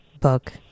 book